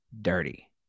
dirty